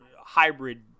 hybrid